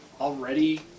already